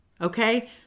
Okay